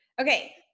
Okay